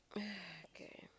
oh okay